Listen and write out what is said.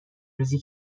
ریزی